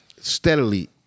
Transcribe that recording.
steadily